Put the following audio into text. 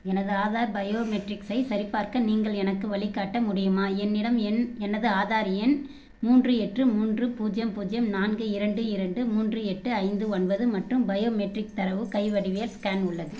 எனது ஆதார் பயோமெட்ரிக்ஸை சரிபார்க்க நீங்கள் எனக்கு வழிகாட்ட முடியுமா என்னிடம் என் எனது ஆதார் எண் மூன்று எட்டு மூன்று பூஜ்ஜியம் பூஜ்ஜியம் நான்கு இரண்டு இரண்டு மூன்று எட்டு ஐந்து ஒன்பது மற்றும் பயோமெட்ரிக் தரவு கை வடிவியல் ஸ்கேன் உள்ளது